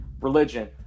religion